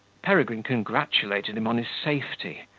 peregrine congratulated him on his safety,